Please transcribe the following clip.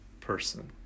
person